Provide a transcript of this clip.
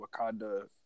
Wakanda